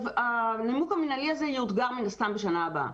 הנימוק המינהלי הזה יאותגר מן הסתם בשנה הבאה.